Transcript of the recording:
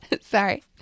Sorry